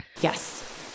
Yes